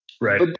Right